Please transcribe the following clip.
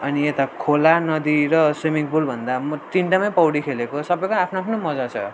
अनि यता खोला नदी र स्विमिङ पुलभन्दा म तिनटामै पौडी खेलेको सबैको नै आफ्नो आफ्नो मजा छ